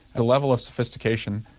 the level of sophistication,